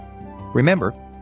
Remember